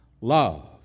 Love